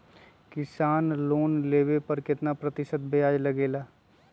किसान लोन लेने पर कितना प्रतिशत ब्याज लगेगा?